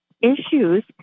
issues